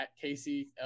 Casey